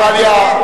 ובאין נמנעים,